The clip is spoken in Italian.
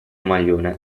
maglione